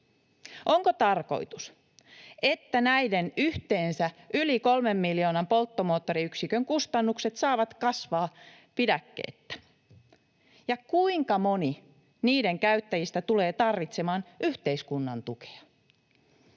Onko tarkoitus, että näiden yhteensä yli kolmen miljoonan polttomoottoriyksikön kustannukset saavat kasvaa pidäkkeettä? Ja kuinka moni niiden käyttäjistä tulee tarvitsemaan yhteiskunnan tukea?